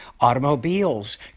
automobiles